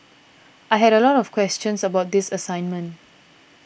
I had a lot of questions about this assignment